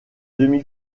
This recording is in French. demi